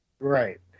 Right